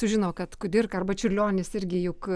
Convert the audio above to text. sužino kad kudirka arba čiurlionis irgi juk